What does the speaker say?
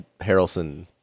Harrelson